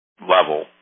level